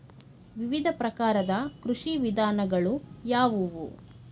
ವಿವಿಧ ಪ್ರಕಾರದ ಕೃಷಿ ವಿಧಾನಗಳು ಯಾವುವು?